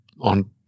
on